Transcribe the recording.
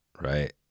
Right